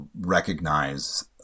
recognize